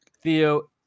Theo